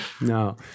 No